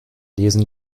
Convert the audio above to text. lesen